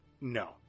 No